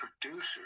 producers